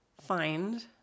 find